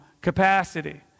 capacity